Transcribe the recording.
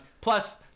Plus –